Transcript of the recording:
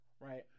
right